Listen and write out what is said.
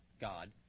God